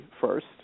first